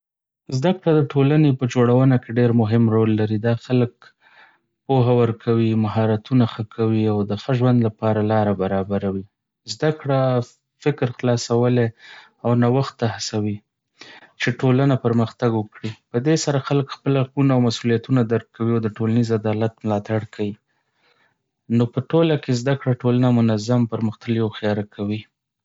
زده کړه د ټولنې په جوړونه کې ډېر مهم رول لري. دا خلک پوهه ورکوي، مهارتونه ښه کوي، او د ښه ژوند لپاره لاره برابروي. زده کړه فکر خلاصولي او نوښت ته هڅوي، چې ټولنه پرمختګ وکړي. په دې سره خلک خپل حقونه او مسئولیتونه درک کوي او د ټولنیز عدالت ملاتړ کوي. نو په ټوله کې، زده کړه ټولنه منظم، پرمختللې او هوښیاره کوي.